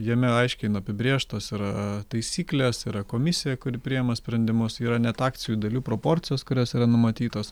jame aiškiai apibrėžtos yra taisyklės yra komisija kuri priima sprendimus yra net akcijų dalių proporcijos kurios yra numatytos